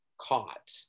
caught